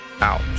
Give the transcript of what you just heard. Out